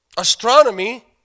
Astronomy